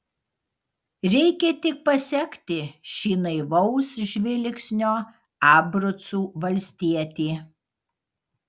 reikia tik pasekti šį naivaus žvilgsnio abrucų valstietį